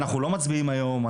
אנחנו לא מצביעים היום,